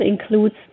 includes